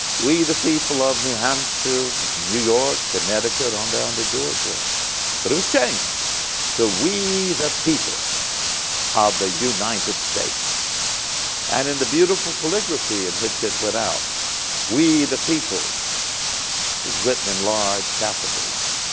we the people of new hampshire, new york, connecticut on down to georgia but it was changed to we the people of the united states and in the beautiful calligraphy in which it went out we the people is written in large capitals.